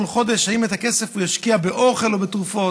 חודש האם ישקיע את הכסף באוכל או בתרופות.